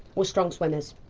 we're strong swimmers.